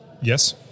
Yes